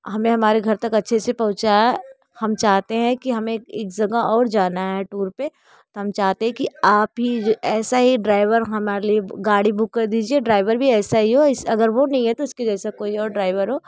हमे हमारे घर तक अच्छे से पहुँचाया हम चाहते है कि हमें एक जगह और जाना है टूर पे तो हम चाहते है कि आप ही ऐसा ही ड्राइवर हमारे लिए गाड़ी बुक कर दीजिए ड्राइवर भी ऐसा ही हो इस अगर वो नहीं है तो उसके जैसा कोई और ड्राइवर हो